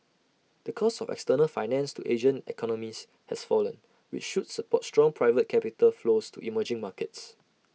the cost of external finance to Asian economies has fallen which should support strong private capital flows to emerging markets